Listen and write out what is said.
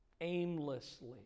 aimlessly